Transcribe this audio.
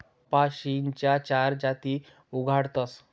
कपाशीन्या चार जाती उगाडतस